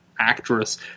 actress